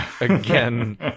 again